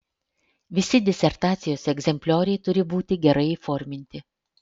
visi disertacijos egzemplioriai turi būti gerai įforminti